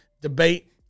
debate